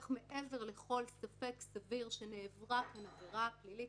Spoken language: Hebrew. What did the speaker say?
מעבר לכל ספק סביר שנעברה כאן עבירה פלילית,